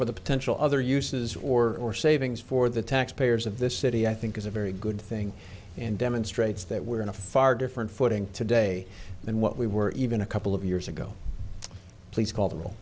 for the potential other uses or savings for the taxpayers of this city i think is a very good thing and demonstrates that we're in a far different footing today than what we were even a couple of years ago please call